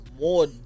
More